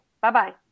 Bye-bye